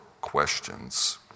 questions